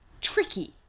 tricky